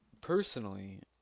personally